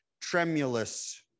tremulous